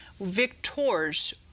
victors